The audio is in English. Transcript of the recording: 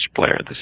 player